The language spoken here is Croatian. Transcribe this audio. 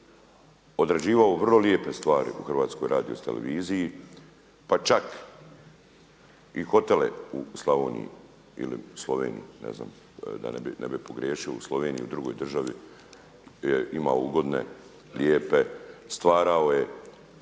odrađivao vrlo lijepe stvari u Hrvatskoj radioteleviziji, pa čak i hotele u Slavoniji ili Sloveniji ne znam da ne bih pogriješio u Sloveniji, u drugoj državi imao ugodne, lijepe, stvarao je